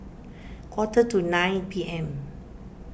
quarter to nine P M